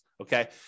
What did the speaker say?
okay